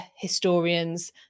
historians